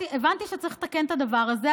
הבנתי שצריך לתקן את הדבר הזה,